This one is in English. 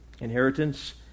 inheritance